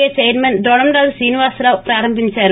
ఎ chairman Dronamraju Srinivasarao ప్రారంభించారు